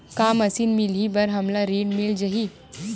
का मशीन मिलही बर हमला ऋण मिल जाही?